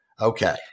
Okay